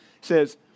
says